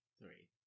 three